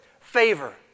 favor